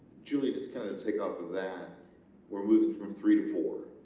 julie just kind of take off of that we're moving from three to four